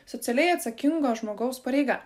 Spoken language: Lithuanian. socialiai atsakingo žmogaus pareiga